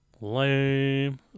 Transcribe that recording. Lame